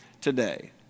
today